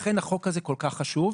לכן, החוק הזה כל כך חשוב,